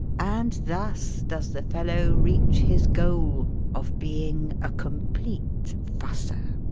and thus does the fellow reach his goal of being a complete fusser.